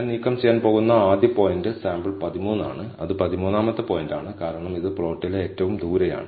ഞാൻ നീക്കം ചെയ്യാൻ പോകുന്ന ആദ്യത്തെ പോയിന്റ് സാമ്പിൾ 13 ആണ് അത് 13 ാമത്തെ പോയിന്റാണ് കാരണം ഇത് പ്ലോട്ടിലെ ഏറ്റവും ദൂരെയാണ്